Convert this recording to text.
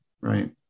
Right